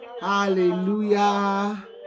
Hallelujah